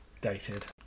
dated